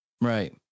Right